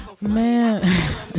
Man